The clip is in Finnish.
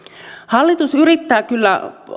hallitus yrittää kyllä